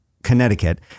Connecticut